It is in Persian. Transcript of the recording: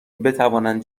بتوانند